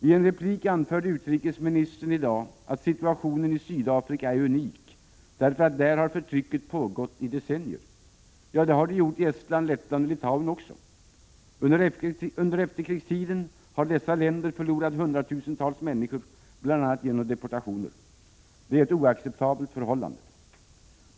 I en replik anförde utrikesministern i dag att situationen i Sydafrika är unik, därför att förtrycket där har pågått i decennier. Ja, det har det gjort i Estland, Lettland och Litauen också. Under efterkrigstiden har dessa länder förlorat hundratusentals människor, bl.a. genom deportationer. Det är ett oacceptabelt förhållande.